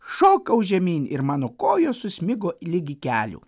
šokau žemyn ir mano kojos susmigo ligi kelių